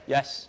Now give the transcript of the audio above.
Yes